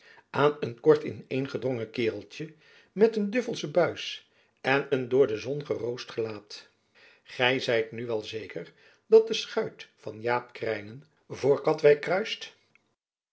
aan een kort ineengedrongen kaereltjen met een duffelsch buis en een door de zon geroost gelaat gy zijt nu wel zeker dat de schuit van jaap krijnen voor katwijk kruist